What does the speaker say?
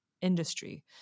industry